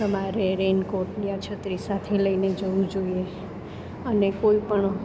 તમારે રેનકોટને આ છત્રી સાથે લઈને જવું જોઈએ અને કોઈપણ